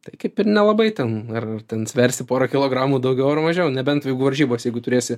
tai kaip ir nelabai ten ar ten sversi porą kilogramų daugiau ar mažiau nebent jeigu varžybos jeigu turėsi